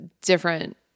different